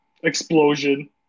Explosion